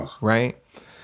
right